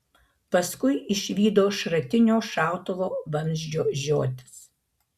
paskui išvydo šratinio šautuvo vamzdžio žiotis